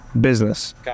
business